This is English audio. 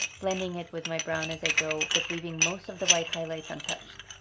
blending it with my brown as i go, but leaving most of the white highlights untouched.